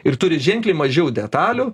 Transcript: ir turi ženkliai mažiau detalių